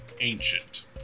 ancient